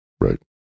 Right